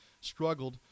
struggled